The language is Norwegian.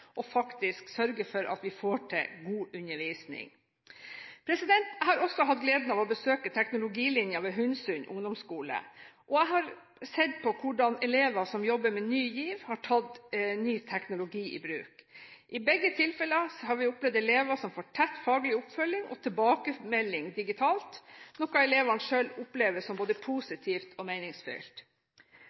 og faktisk hint underveis der de regner feil sånn at de kan komme tilbake på rett spor. Det krever jo at vi har digitalt kompetente lærere som kan følge elevene i sånne læringsprosesser og sørge for at vi får til god undervisning. Jeg har også hatt gleden av å besøke teknologilinjen ved Hundsund ungdomsskole, og jeg har sett hvordan elever som jobber med Ny GIV, har tatt ny teknologi i bruk. I begge tilfeller har vi